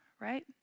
right